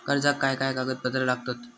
कर्जाक काय काय कागदपत्रा लागतत?